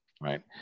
Right